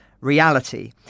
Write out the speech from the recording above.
reality